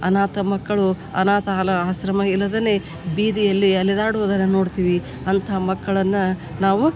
ಅನಾಥ ಮಕ್ಕಳು ಅನಾಥಾಲಯ ಆಶ್ರಮ ಇಲ್ಲದೆನೇ ಬೀದಿಯಲ್ಲಿ ಅಲೆದಾಡುದನ್ನ ನೋಡ್ತೀವಿ ಅಂಥ ಮಕ್ಕಳನ್ನು ನಾವು